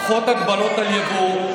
פחות הגבלות על יבוא,